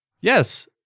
Yes